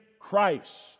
Christ